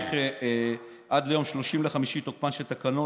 המאריך עד ליום 30 במאי את תוקפן של תקנות